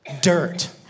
dirt